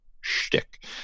Shtick